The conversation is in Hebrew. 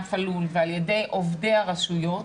לענף הלול ועל ידי עובדי הרשויות,